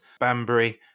Bambury